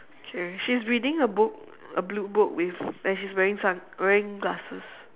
okay she is reading a book a blue book with and she's wearing sun~ wearing glasses